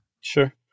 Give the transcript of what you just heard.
Sure